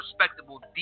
respectable